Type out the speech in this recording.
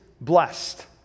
blessed